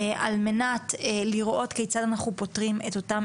על מנת לראות כיצד אנחנו פותרים את אותם